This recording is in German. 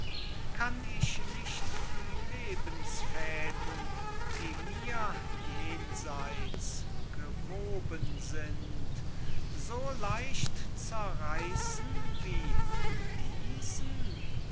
kann ich nicht die lebensfäden die mir jenseits gewoben sind so leicht zerreissen wie diesen